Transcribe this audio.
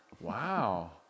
Wow